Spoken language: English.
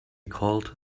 called